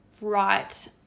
right